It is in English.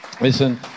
Listen